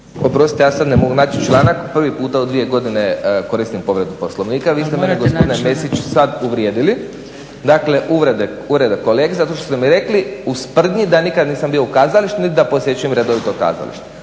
Oprostite ja sad ne mogu naći članak prvi puta u dvije godine koristim povredu Poslovnika, …/Upadica Zgrebec: Ali morate naći članak./… Vi ste me gospodine Mesić sad uvrijedili. Dakle, uvreda kolege zato što ste mi rekli u sprdnji da nikad nisam bio u kazalištu niti da posjećujem dovoljno kazalište.